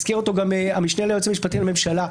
הזכיר אותו גם המשנה ליועץ המשפטי לממשלה.